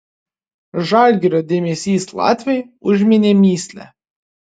žalgirio dėmesys latviui užminė mįslę